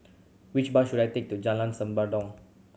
which bus should I take to Jalan Senandong